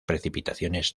precipitaciones